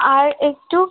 আর একটু